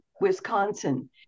Wisconsin